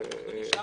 נמשיך.